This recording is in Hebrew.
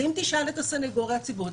אם תשאל את הסנגוריה הציבורית,